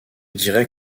dirais